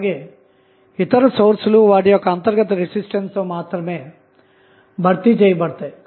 అలాగే ఇతర సోర్స్ లు వాటి యొక్క అంతర్గత రెసిస్టెన్స్ తో మాత్రమే భర్తీ చేయబడతాయి